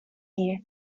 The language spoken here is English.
here